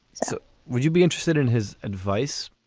so would you be interested in his advice?